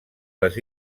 les